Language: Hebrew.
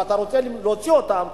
ואתה רוצה להוציא אותן.